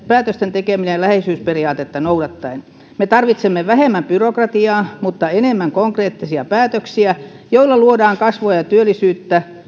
päätösten tekeminen läheisyysperiaatetta noudattaen me tarvitsemme vähemmän byrokratiaa mutta enemmän konkreettisia päätöksiä joilla luodaan kasvua ja työllisyyttä